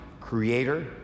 creator